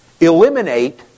eliminate